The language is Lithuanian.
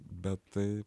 bet tai